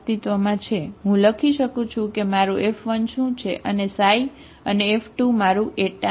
તેથી હું લખી શકું છું કે મારું F1 શું છે અને ξ અને F2 મારું η છે